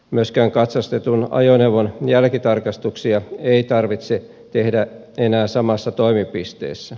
myöskään katsastetun ajoneuvon jälkitarkastuksia ei tarvitse tehdä enää samassa toimipisteessä